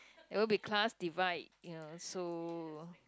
there won't be class divide ya so